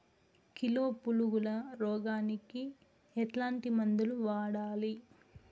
Kilo పులుగుల రోగానికి ఎట్లాంటి మందులు వాడాలి?